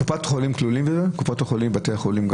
קופות החולים ובתי החולים כלולים בזה?